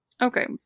Okay